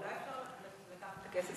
אולי אפשר לקחת את הכסף